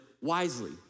wisely